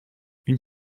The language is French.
une